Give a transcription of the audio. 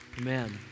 Amen